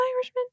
Irishman